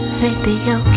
video